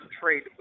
trade